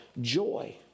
joy